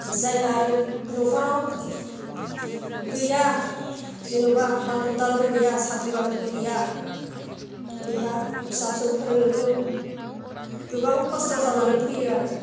जायहा आरो न'खराव गैया जेन'बा हाल खदालबो गैया साख्रि बाख्रिबो गैया बेहा फिसा फिसौ फोरोंनोबो गोबां खस्थ' जानानै फैयो आरो